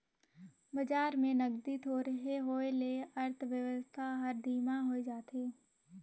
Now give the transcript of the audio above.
बजार में नगदी थोरहें होए ले अर्थबेवस्था हर धीमा होए जाथे